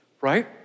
right